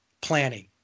planning